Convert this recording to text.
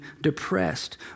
depressed